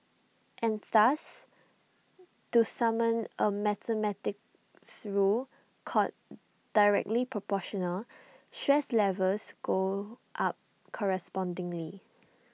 and thus to summon A mathematics called directly Proportional stress levels go up correspondingly